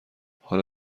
حالا